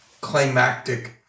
climactic